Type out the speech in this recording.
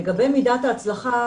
לגבי מידת ההצלחה,